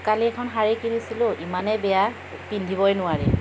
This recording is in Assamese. কালি এখন শাৰী কিনিছিলোঁ ইমানেই বেয়া পিন্ধিবই নোৱাৰি